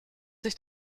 sich